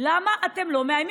למה אתם לא מאיימים?